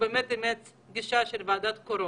אני שואלת את עצמי מה קורה פה.